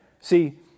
See